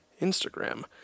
Instagram